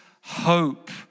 hope